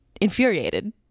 infuriated